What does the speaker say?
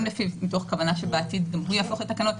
לפי מתוך הכוונה שבעתיד גם הוא יהפוך לתקנות.